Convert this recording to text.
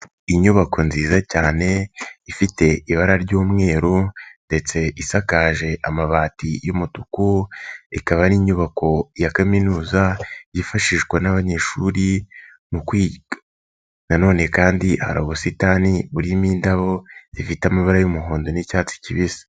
Inyubako nziza cyane ifite ibara ry'umweru ndetse isakaje amabati y'umutuku, ikaba ari inyubako ya kaminuza yifashishwa n'abanyeshuri mu kwiga nanone kandi hari ubusitani burimo indabo zifite amabara y'umuhondo n'icyatsi kibisi.